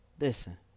listen